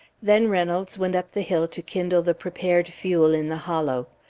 then reynolds went up the hill to kindle the prepared fuel in the hollow.